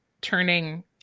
turning